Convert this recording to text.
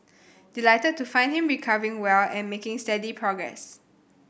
delighted to find him recovering well and making steady progress